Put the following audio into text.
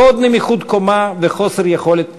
לא עוד נמיכות קומה וחוסר יכולת תגובה.